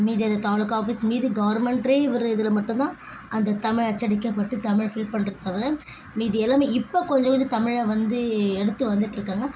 மீதி இது தாலுகா ஆஃபீஸ் மீதி கவர்மெண்ட்டே இதில் மட்டுந்தான் அந்த தமிழ் அச்சடிக்கப்பட்டு தமிழ் ஃபில் பண்றதை தவிர மீதி எல்லாமே இப்போ கொஞ்சம் கொஞ்சம் தமிழை வந்து எடுத்து வந்துட்டுருக்காங்க